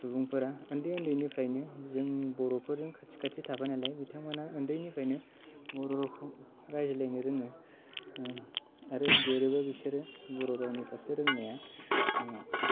सुबुंफोरा उन्दै उन्दैनिफ्रायनो जों बर' फोरजों खाथि खाथि थाफानायलाय बिथांमोना उन्दैनिफ्रायनो बर' रावखौ रायज्लायनो रोङो ओ आरो लिरोबो बिसोरो बर' रावनि फारसे रोंनाया ओम